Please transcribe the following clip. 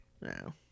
No